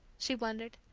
she wondered,